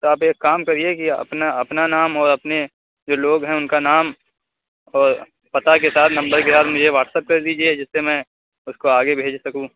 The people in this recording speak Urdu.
تو آپ ایک کام کریے کہ اپنا اپنا نام اور اپنے جو لوگ ہیں اُن کا نام اور پتہ کے ساتھ نمبر کے ساتھ مجھے واٹس ایپ کر دیجیے جس سے میں اُس کو آگے بھیج سکوں